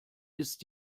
ist